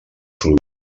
fluid